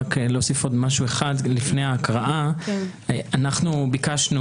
להוסיף עוד משהו אחד לפני ההקראה: אנחנו ביקשנו